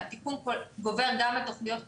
שהתיקון גובר גם על תכניות כוללניות.